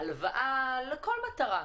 הלוואה לכל מטרה,